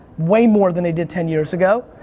way more than they did ten years ago.